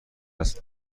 است